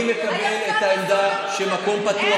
אני מקבל את העמדה שמקום פתוח,